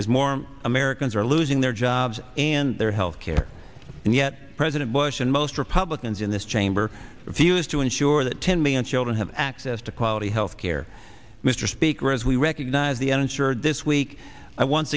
more americans are losing their jobs and their health care and yet president bush and most republicans in this chamber refuse to insure that ten million children have access to quality health care mr speaker as we recognize the uninsured this week i once